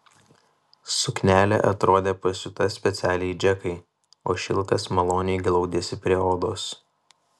suknelė atrodė pasiūta specialiai džekai o šilkas maloniai glaudėsi prie odos